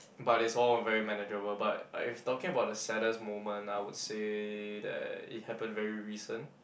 but it's all very manageable but if talking about the saddest moment I would say that it happen very recent